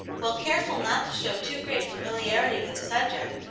while careful not to show too great familiarity with the subject,